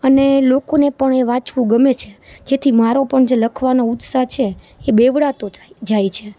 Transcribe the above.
અને લોકોને પણ એ વાંચવું ગમે છે જેથી મારો પણ જે લખવાનો ઉત્સાહ છે બેવડાતો જાય છે